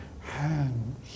hands